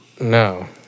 No